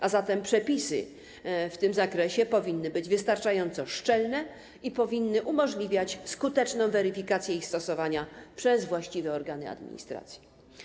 A zatem przepisy w tym zakresie powinny być wystarczająco szczelne i powinny umożliwiać skuteczną weryfikację ich stosowania przez właściwe organy administracji.